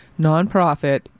nonprofit